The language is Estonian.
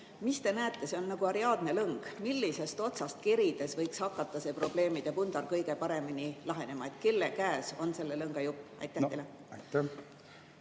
mis te näete – see on nagu Ariadne lõng –, millisest otsast kerides võiks hakata see probleemide pundar kõige paremini [hargnema]? Kelle käes on selle lõnga jupp? Austatud